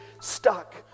stuck